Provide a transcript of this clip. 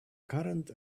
current